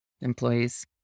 employees